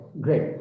great